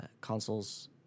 console's